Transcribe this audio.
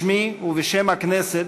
בשמי ובשם הכנסת,